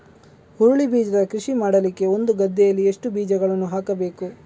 ಹುರುಳಿ ಬೀಜದ ಕೃಷಿ ಮಾಡಲಿಕ್ಕೆ ಒಂದು ಗದ್ದೆಯಲ್ಲಿ ಎಷ್ಟು ಬೀಜಗಳನ್ನು ಹಾಕಬೇಕು?